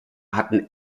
hatten